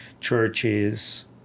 churches